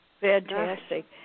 Fantastic